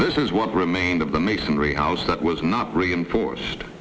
this is what remained of the masonry house that was not reinforced